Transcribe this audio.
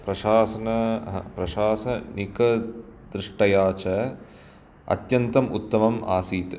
प्रशासन प्रशासनिकदृष्टया च अत्यन्तम् उत्तमम् आसीत्